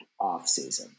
offseason